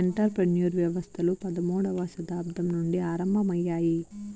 enter ప్రెన్యూర్ వ్యవస్థలు పదమూడవ శతాబ్దం నుండి ఆరంభమయ్యాయి